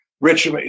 Rich